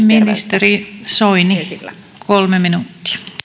ministeri soini kolme minuuttia